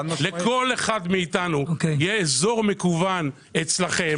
לכל אחד מאיתנו יהיה אזור מקוון אצלכם.